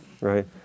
right